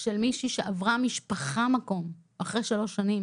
של מישהי שהמשפחה עברה מקום אחרי שלוש שנים